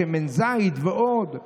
שמן זית ועוד.